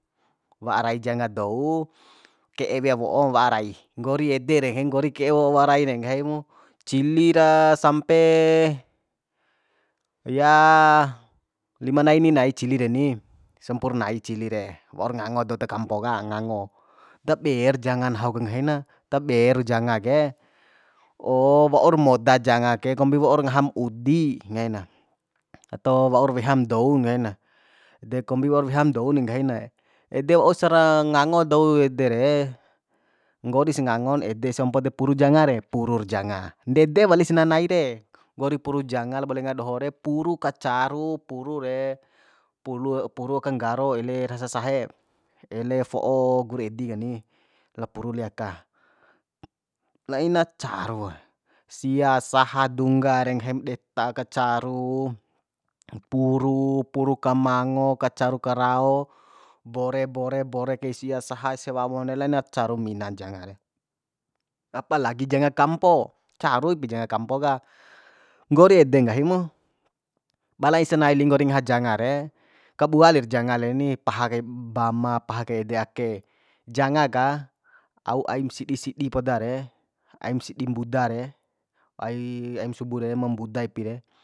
Wa'a rai janga dou ke'e wea wo'on wa'a rai nggori ede re heng nggori ke'e wo wa'a rai de nggahimu cili ra sampe ya lima nai ini nai cili reni sampurnai cili re waur ngango dou ta kampo ka ngango taber janga nahu ke nggahi na taber janga ke waur moda janga ke kombi waur ngaham udi nggahina ato waur weham dou ngahina de kombi waura weham dou ni nggahi na ede waursa ngango dou ede re nggoris ngangon edes ompo de puru janga re purur janga ndede wali sananai re nggori puru janga labo lenga doho re puru kacaru puru re pulu puru aka nggaro ele rasa sahe ele fo'o gur edi kani lao puru ele aka laina carue sia saha dungga re nggahim deta ka caru puru puru ka mango ka caru ka rao bore bore bore kai sia saha ese wawon de laina caru minan janga re apa lagi janga kampo caru ipi janga kampo ka nggori ede nggahi mu bala ai sanai nggori ngaha janga re kabua lir janga reni paha kai bama paha kai de ake janga ka au aim sidi sidi poda re aim sidi mbuda re ai aim subu re ma mbuda ipi re